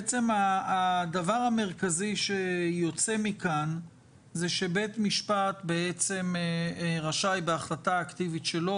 הדבר המרכזי שיוצא מכאן הוא שבית משפט רשאי בהחלטה אקטיבית שלו,